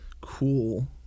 cool